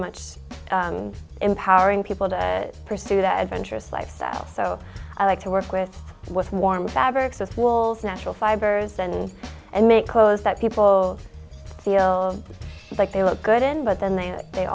much empowering people to pursue that adventurous lifestyle so i like to work with it with warm fabrics with wools natural fibers and and make clothes that people feel like they look good in but then they they